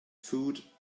food